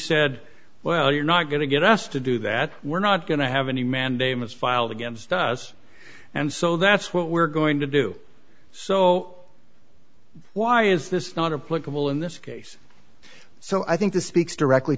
said well you're not going to get us to do that we're not going to have any mandamus filed against us and so that's what we're going to do so why is this not a political in this case so i think this speaks directly